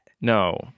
No